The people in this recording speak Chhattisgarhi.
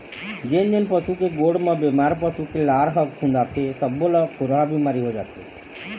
जेन जेन पशु के गोड़ म बेमार पसू के लार ह खुंदाथे सब्बो ल खुरहा बिमारी हो जाथे